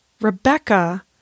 Rebecca